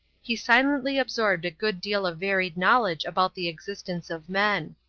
he silently absorbed a good deal of varied knowledge about the existence of men.